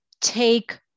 take